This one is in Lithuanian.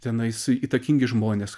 tenais įtakingi žmonės